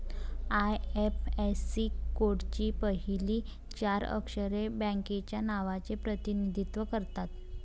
IFSC कोडची पहिली चार अक्षरे बँकेच्या नावाचे प्रतिनिधित्व करतात